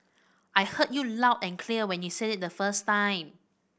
I heard you loud and clear when you say it the first time